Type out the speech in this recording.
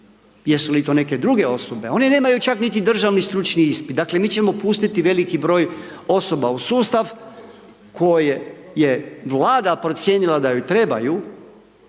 jesu li to neke druge osobe, one nemaju čak niti državni stručni ispit, dakle mi ćemo pustiti veliki broj osoba u sustav koje je Vlada procijenila da joj trebaju,